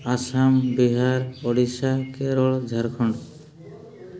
Assam Bihar Odisha Kerala Jharkhand